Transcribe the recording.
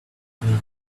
fatima